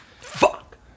Fuck